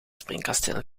springkasteel